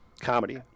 comedy